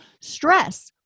stress